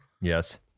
Yes